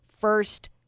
first